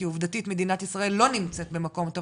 כי עובדתית מדינת ישראל לא נמצאת במקום טוב,